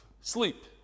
Sleep